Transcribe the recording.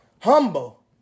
Humble